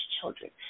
children